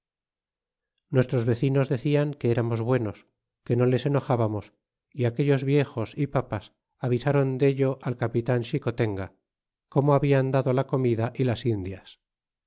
nuestros vecinos decian que eramos buenos que no les enojábamos y aquellos viejos y papas avisáron dello al capitan xicotenga como hablan dado la comida y las indias